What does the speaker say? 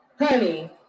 Honey